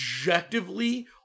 objectively